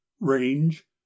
range